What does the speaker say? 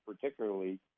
particularly